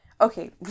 okay